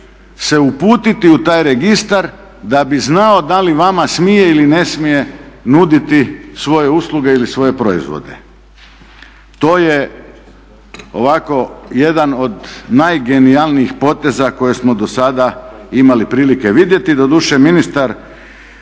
se uputiti u taj registar da bi znao da li vama smije ili ne smije nuditi svoje usluge ili svoje proizvode. To je ovako jedan od najgenijalnijih poteza koje smo do sada imali prilike vidjeti. Doduše, ministar